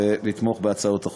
ולתמוך בהצעות החוק.